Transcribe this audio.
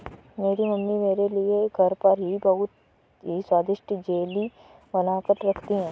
मेरी मम्मी मेरे लिए घर पर ही बहुत ही स्वादिष्ट जेली बनाकर रखती है